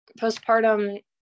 postpartum